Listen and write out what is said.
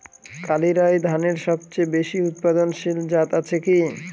কালিরাই ধানের সবচেয়ে বেশি উৎপাদনশীল জাত আছে কি?